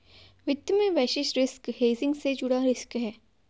वित्त में basis risk hedging से जुड़ा रिस्क है